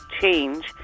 change